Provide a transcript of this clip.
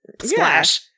Splash